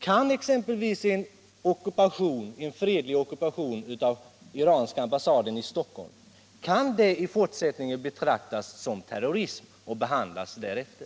Kan exempelvis en fredlig ockupation av den iranska ambassaden i Stockholm i fortsättningen betraktas som terrorism och behandlas därefter?